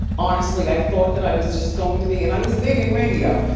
honestly, i thought that i was just going to be and i was big in radio.